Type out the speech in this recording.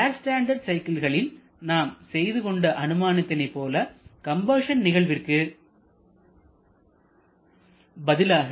ஏர் standard சைக்கிள்களில் நாம் செய்துகொண்ட அனுமானத்தினை போல கம்பஷன் நிகழ்விற்கு பதிலாக